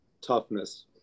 toughness